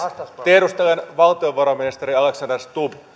tiedustelen valtiovarainministeri alexander stubb